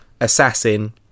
assassin